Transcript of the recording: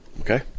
okay